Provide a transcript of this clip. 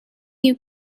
you